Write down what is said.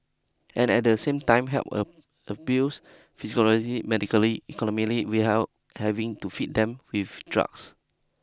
and at the same time help a abuse medically economically we hell having to feed them with